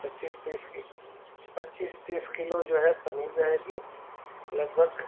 पच्चीस तीस के पच्चीस तीस किलो जो है पनीर रहेगी लगभग